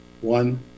One